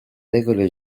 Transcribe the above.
regole